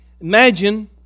Imagine